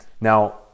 Now